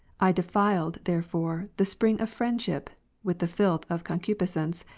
i defiled, therefore, the spring of friendship with the filth of concupiscence,